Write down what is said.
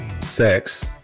Sex